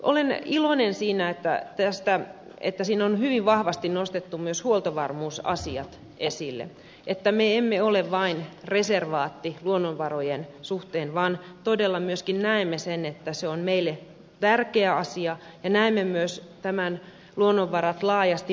olen iloinen tästä että selonteossa on hyvin vahvasti nostettu myös huoltovarmuusasiat esille että me emme ole vain reservaatti luonnonvarojen suhteen vaan todella myöskin näemme sen että ne ovat meille tärkeitä asioita ja näemme myös nämä luonnonvarat laajasti mahdollisuutena